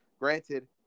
Granted